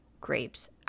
grapes